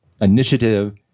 initiative